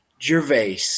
Gervais